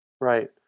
Right